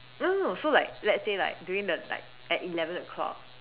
no no no so like let's say like during the like at eleven o clock